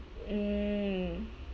mm